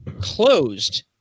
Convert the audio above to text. closed